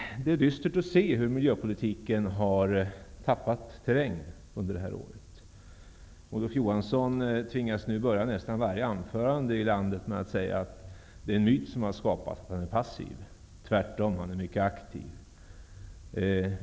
Det är dystert att se hur miljöpolitiken har tappat terräng under det här året. Olof Johansson tvingas nu börja nästan varje anförande i landet med att säga att det är en myt som har skapats att han är passiv -- tvärtom, han är mycket aktiv.